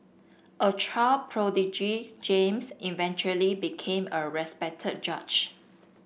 a child prodigy James eventually became a respected judge